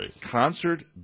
Concert